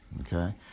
okay